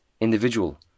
individual